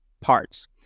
parts